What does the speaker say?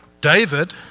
David